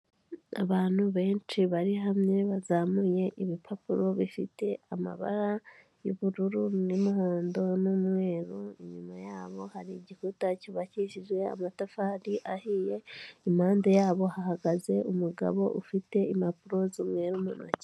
Abantu benshi bari hamwe bazamuye ibipapuro bifite amabara y'ubururu n'umuhondo n'umweru, inyuma yabo hari igikuta cyubakishije amatafari ahiye, impande yabo hahagaze umugabo ufite impapuro z'umweru mu ntoki.